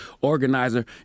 organizer